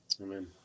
Amen